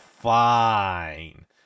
fine